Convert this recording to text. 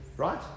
right